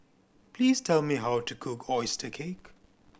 please tell me how to cook oyster cake